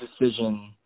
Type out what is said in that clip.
decision